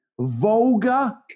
vulgar